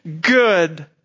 good